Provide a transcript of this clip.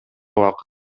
убакыт